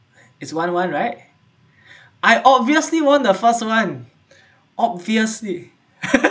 is one one right I obviously won the first one obviously